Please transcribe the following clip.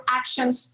actions